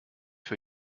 für